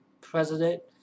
president